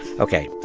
ok.